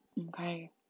Okay